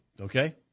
Okay